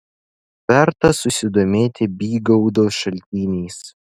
verta susidomėti bygaudo šaltiniais